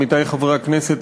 עמיתי חברי הכנסת,